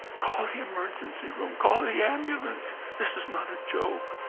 call the emergency room. call the ambulance. this is not a joke.